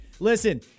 Listen